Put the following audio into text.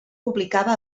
publicava